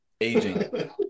aging